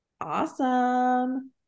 Awesome